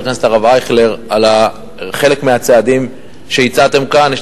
הכנסת הרב אייכלר על חלק מהצעדים שהצעתם כאן.